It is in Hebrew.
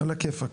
על הכיפאק.